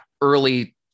early